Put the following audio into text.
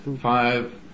five